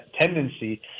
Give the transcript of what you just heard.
tendency